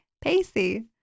Pacey